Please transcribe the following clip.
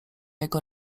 jego